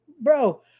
bro